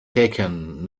taken